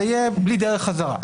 זה יהיה בלי דרך חזרה?